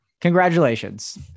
Congratulations